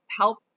help